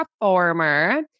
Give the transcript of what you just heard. performer